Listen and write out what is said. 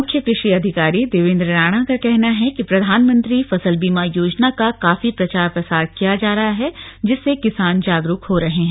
मुख्य कृषि अधिकारी देवेंद्र राणा का कहना है कि प्रधानमंत्री फसल बीमा योजना का काफी प्रचार प्रसार किया जा रहा है जिससे किसान जागरूक हो रहे हैं